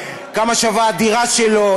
כמה שווה הדירה שלו.